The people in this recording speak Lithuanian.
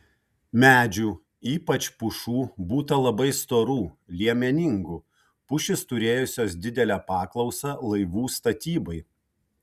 medžių ypač pušų būta labai storų liemeningų pušys turėjusios didelę paklausą laivų statybai